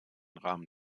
rahmen